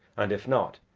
and if not,